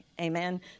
Amen